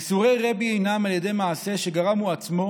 ייסורי רבי היו על ידי מעשה שגרם הוא עצמו